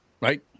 Right